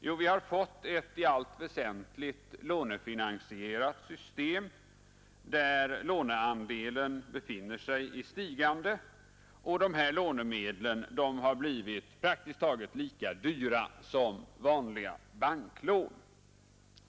Jo, vi har fått ett i allt väsentligt lånefinansierat system, där låneandelen befinner sig i stigande, och de här lånemedlen har blivit praktiskt taget lika dyra som vanliga banklån.